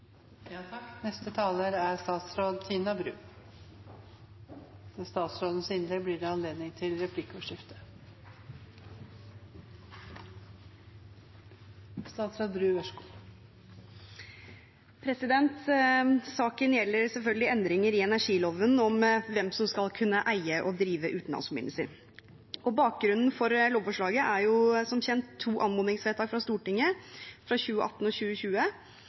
Saken gjelder selvfølgelig endringer i energiloven om hvem som skal kunne eie og drive utenlandsforbindelser. Bakgrunnen for lovforslaget er, som kjent, to anmodningsvedtak fra Stortinget fra 2018 og 2020,